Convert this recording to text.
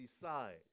decide